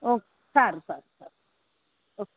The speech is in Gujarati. ઓક સારું સારું સારું ઓ